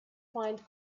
find